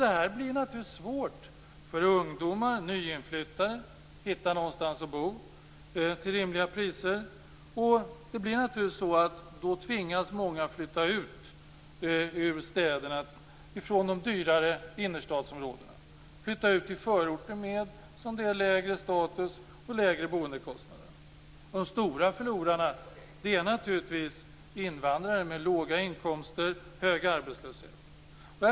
Det blir naturligtvis svårt för ungdomar och nyinflyttade att hitta någonstans att bo till rimliga priser. Då tvingas många att flytta ut ur städerna, från de dyrare innerstadsområdena till förorterna som har lägre status och lägre boendekostnader. De stora förlorarna är naturligtvis invandrare med låga inkomster och hög arbetslöshet.